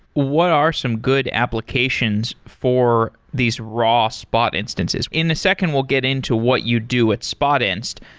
what are some good applications for these raw spot instances? in a second we'll get into what you do with spotinst.